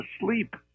sleep